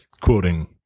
quoting